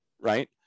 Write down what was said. Right